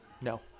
No